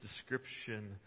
description